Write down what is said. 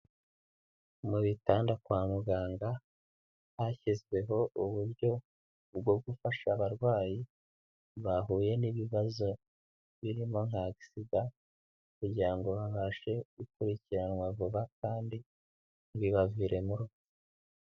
Mu bitanda kwa muganga hashyizweho uburyo bwo gufasha abarwayi bahuye n'ibibazo birimo nk'agisida kugira ngo babashe gukurikiranwa vuba kandi ntibibaviremo urupfu.